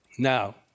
Now